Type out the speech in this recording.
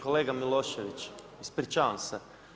Kolega Milošević, ispričavam se.